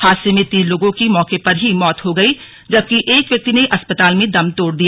हादसे में तीन लोगों की मौके पर ही मौत हो गई जबकि एक व्यक्ति ने अस्पताल में दम तोड़ दिया